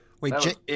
Wait